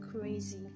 crazy